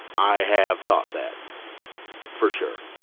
i have thought that for sure.